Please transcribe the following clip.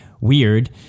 weird